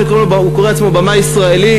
הוא קורא לעצמו במאי ישראלי,